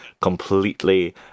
completely